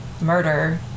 murder